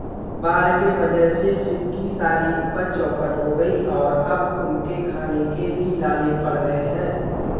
बाढ़ के वजह से शिव की सारी उपज चौपट हो गई और अब उनके खाने के भी लाले पड़ गए हैं